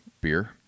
beer